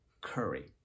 Curry